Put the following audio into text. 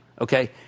Okay